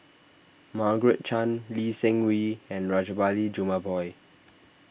Margaret Chan Lee Seng Wee and Rajabali Jumabhoy